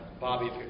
Bobby